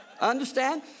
Understand